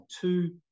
two